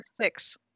Six